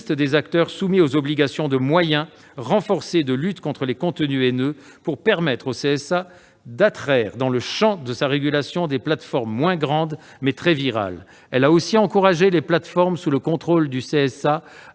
des acteurs soumis aux obligations de moyens renforcées de lutte contre les contenus haineux, pour permettre au CSA d'attraire dans le champ de sa régulation des plateformes moins grandes, mais très virales. Elle a aussi encouragé les plateformes, sous le contrôle du CSA,